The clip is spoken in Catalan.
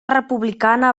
republicana